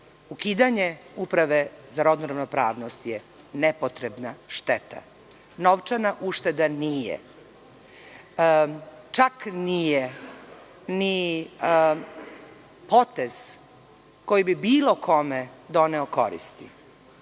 Ukidanje Uprave za rodnu ravnopravnost je nepotrebna šteta. Novčana ušteda nije. Čak nije ni potez koji bi bilo kome doneo koristi.